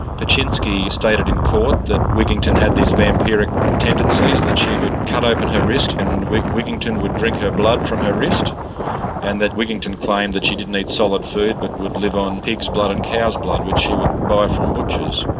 ptaschinski stated in court that wigginton had these vampiric tendencies that she would cut open her wrist, and wigginton would drink her blood from her wrist and that wigginton claimed that she didn't eat solid food but would live on pig's blood and cow's blood which she would buy from butchers.